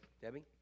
Debbie